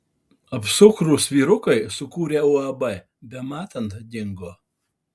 apsukrūs vyrukai sukūrę uab bematant dingo